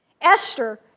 Esther